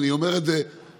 ואני אומר את זה במיוחד,